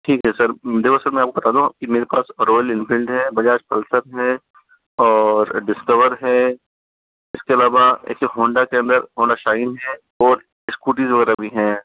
ठीक है सर देखो सर मैं आपको बता दूं कि मेरे पास रॉयल एनफील्ड है बजाज पल्सर है और डिस्कवर है इसके अलावा ऐसे हौंडा के अन्दर हौंडा शाइन है और इस्कूटी वगैरह भी हैं